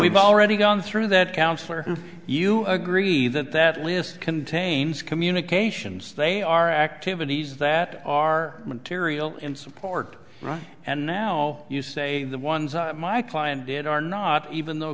we've already gone through that counselor you agree that that list contains communications they are activities that are material in support right and now you say the ones my client did are not even th